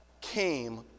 came